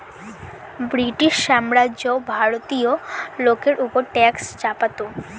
British সাম্রাজ্য ভারতীয় লোকের ওপর ট্যাক্স চাপাতো